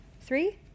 three